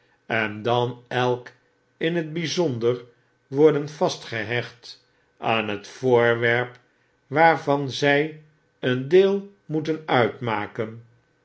en dan elk in t bijzonder worden vastgehecht aan het voorwerp waarvan zy een deel moeten uitmaken